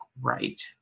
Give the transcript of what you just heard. right